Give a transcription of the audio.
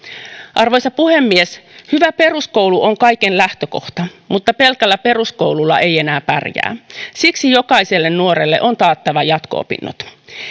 arvoisa puhemies hyvä peruskoulu on kaiken lähtökohta mutta pelkällä peruskoululla ei enää pärjää siksi jokaiselle nuorelle on taattava jatko opinnot